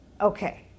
Okay